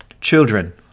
Children